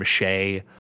mache